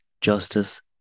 justice